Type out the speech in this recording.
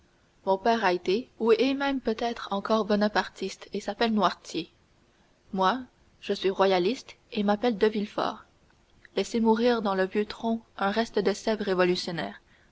mon père a été ou est même peut-être encore bonapartiste et s'appelle noirtier moi je suis royaliste et m'appelle de villefort laissez mourir dans le vieux tronc un reste de sève